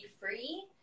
free